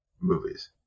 movies